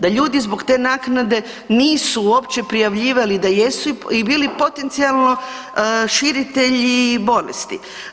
Da ljudi zbog te naknade nisu uopće prijavljivali da jesu i bili potencijalno širitelji bolesti.